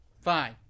Fine